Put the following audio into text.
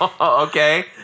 Okay